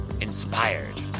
inspired